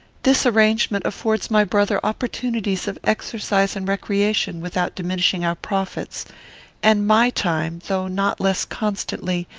this arrangement affords my brother opportunities of exercise and recreation, without diminishing our profits and my time, though not less constantly,